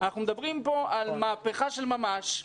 אנחנו מדברים כאן על מהפכה של ממש.